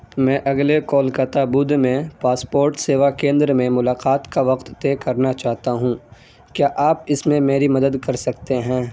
میں اگلے کولکتہ بدھ میں پاسپورٹ سیوا کیندر میں ملاقات کا وقت طے کرنا چاہتا ہوں کیا آپ اس میں میری مدد کر سکتے ہیں